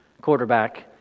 quarterback